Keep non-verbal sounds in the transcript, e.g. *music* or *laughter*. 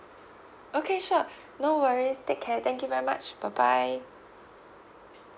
okay sure *breath* no worries take care thank you very much bye bye